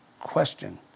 question